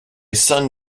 sun